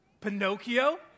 Pinocchio